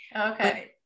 Okay